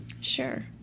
sure